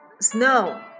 Snow